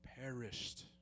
perished